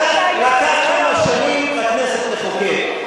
לקח כמה שנים לכנסת לחוקק.